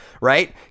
right